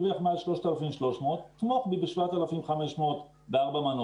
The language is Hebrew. אולי אפשר לעזור למעסיקים ולפשט את זה?